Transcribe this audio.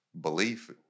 belief